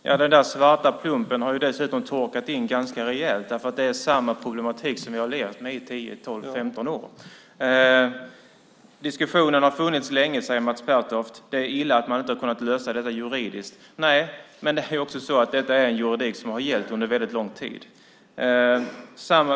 Fru talman! Den svarta plumpen har dessutom torkat in ganska rejält. Det är ju samma problematik som vi har levt med i 10-15 år. Diskussionen har funnits länge, säger Mats Pertoft. Det är illa att man inte har kunnat lösa detta juridiskt. Nej - men detta är också en juridik som har gällt under väldigt lång tid.